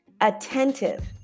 attentive